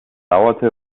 dauerte